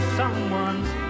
someone's